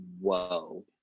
whoa